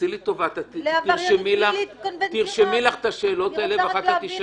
תעשי לי טובה ותרשמי לך את השאלות האלה ואחר כך תשאלי.